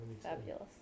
Fabulous